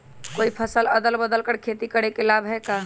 कोई फसल अदल बदल कर के खेती करे से लाभ है का?